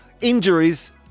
injuries